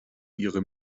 ihre